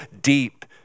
deep